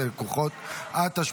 בעת מצב מיוחד בעורף או בשעת התקפה (תיקוני חקיקה),